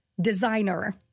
designer